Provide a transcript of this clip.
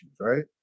right